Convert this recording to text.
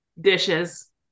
dishes